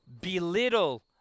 belittle